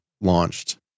launched